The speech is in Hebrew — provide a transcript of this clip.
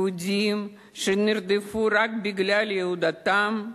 יהודים שנרדפו רק בגלל יהדותם,